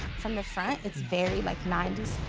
from the front it's very, like ninety s,